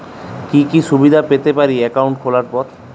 কি কি সুবিধে পেতে পারি একাউন্ট খোলার পর?